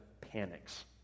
panics